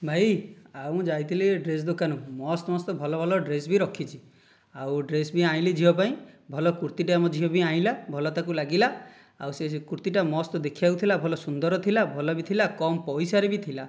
ଭାଇ ଆଉ ମୁଁ ଯାଇଥିଲି ଡ୍ରେସ୍ ଦୋକାନକୁ ମସ୍ତ୍ ମସ୍ତ୍ ଭଲ ଭଲ ଡ୍ରେସ୍ ବି ରଖିଛି ଆଉ ଡ୍ରେସ୍ ବି ଆଣିଲି ଝିଅ ପାଇଁ ଭଲ କୁର୍ତ୍ତୀଟା ଝିଅ ଆଣିଲା ଭଲ ତାକୁ ଲାଗିଲା ଆଉ ସେ କୁର୍ତ୍ତୀଟା ମସ୍ତ୍ ଦେଖିବାକୁ ଥିଲା ଭଲ ସୁନ୍ଦର ଥିଲା ଭଲ ବି ଥିଲା କମ ପଇସାରେ ବି ଥିଲା